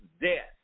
death